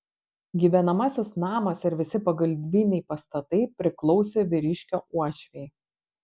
gyvenamasis namas ir visi pagalbiniai pastatai priklausė vyriškio uošvei